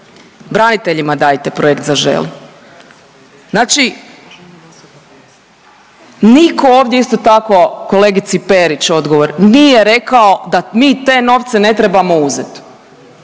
Braniteljima dajte projekt Zaželi. Znači nitko ovdje isto tako kolegici Perić odgovor nije rekao da mi te novce ne trebamo uzeti.